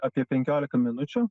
apie penkiolika minučių